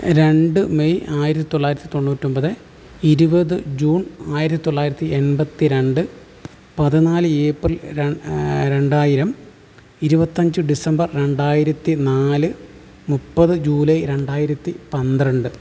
രണ്ട് മെയ് ആയിരത്തി ത്തൊള്ളായിരത്തി തൊണ്ണൂറ്റൊമ്പത് ഇരുപത് ജൂൺ ആയിരത്തിത്തൊള്ളായിരത്തി എൺപത്തി രണ്ട് പതിനാല് ഏപ്രിൽ രണ്ടായിരം ഇരുപത്തഞ്ച് ഡിസംബർ രണ്ടായിരത്തി നാല് മുപ്പത് ജൂലൈ രണ്ടായിരത്തി പന്ത്രണ്ട്